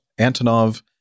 Antonov